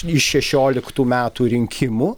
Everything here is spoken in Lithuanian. iš šešioliktų metų rinkimų